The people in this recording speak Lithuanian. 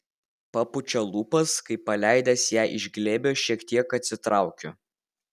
papučia lūpas kai paleidęs ją iš glėbio šiek tiek atsitraukiu